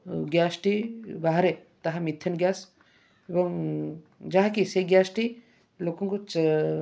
ଗ୍ୟାସ୍ଟି ବାହାରେ ତାହା methane gas ଏବଂ ଯାହା କି ସେହି ଗ୍ୟାସ୍ଟି ଲୋକଙ୍କୁ ଜ